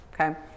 okay